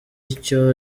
icyo